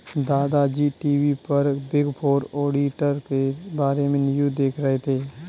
दादा जी टी.वी पर बिग फोर ऑडिटर के बारे में न्यूज़ देख रहे थे